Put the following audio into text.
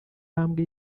ntambwe